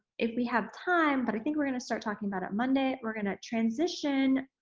if we have time, but i think we're gonna start talking about it monday, we're gonna transition